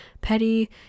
petty